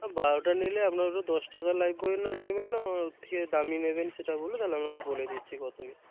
বারোটা নিলে আপনার ও দশ টাকার লাইফবয় না নেবেন না ওর থেকে দামি নেবেন সেটা বলুন তাহলে আমি বলে দিচ্ছি কত কী